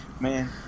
man